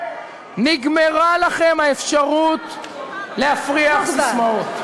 נגמרה לכם האפשרות להפריח ססמאות.